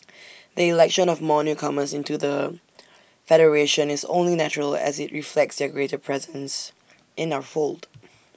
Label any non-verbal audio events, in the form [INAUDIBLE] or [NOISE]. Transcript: the election of more newcomers into the federation is only natural as IT reflects their greater presence in our fold [NOISE]